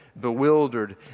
bewildered